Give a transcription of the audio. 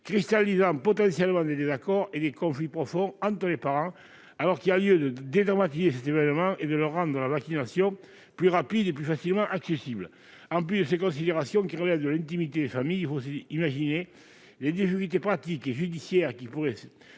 cristallisant potentiellement des désaccords et des conflits profonds entre les parents, alors qu'il y a lieu de dédramatiser cet événement et de rendre la vaccination plus rapide et plus facilement accessible. En plus de ces considérations, qui relèvent de l'intimité des familles, il faut avoir à l'esprit les difficultés pratiques et judiciaires que pourrait